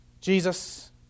Jesus